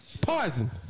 Poison